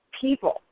people